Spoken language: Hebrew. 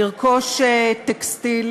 לרכוש טקסטיל